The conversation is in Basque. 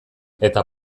eta